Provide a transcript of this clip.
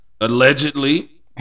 allegedly